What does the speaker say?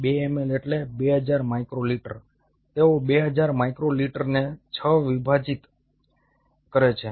2 ml એટલે કે 2000 micro litre તેઓ 2000 માઇક્રો લિટરને 6 થી વિભાજીત કરે છે